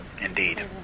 Indeed